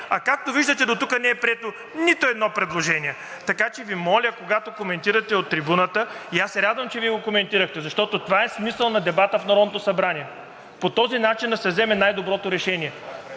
а както виждате, дотук не е прието нито едно предложение. Така че Ви моля, когато коментирате от трибуната – и аз се радвам, че Вие го коментирахте, защото това е смисълът на дебата в Народното събрание, по този начин да се вземе най-доброто решение,